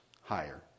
higher